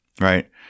right